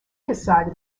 decided